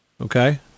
Okay